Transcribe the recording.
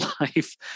life